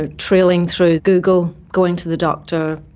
ah trailing through google, going to the doctor.